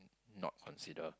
not consider